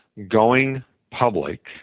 going public,